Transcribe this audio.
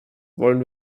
wollen